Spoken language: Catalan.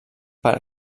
per